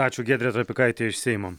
ačiū giedrė trapikaitė iš seimo